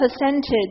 percentage